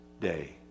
day